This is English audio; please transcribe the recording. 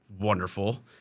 wonderful